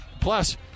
plus